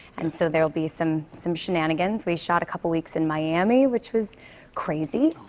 and so there will be some some shenanigans. we shot a couple weeks in miami, which was crazy.